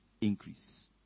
increase